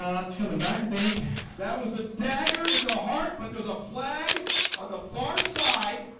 um that's coming back to think that was the dagger in the heart but there's a flag on the far side